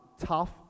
tough